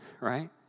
right